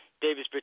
Davis